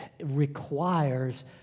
requires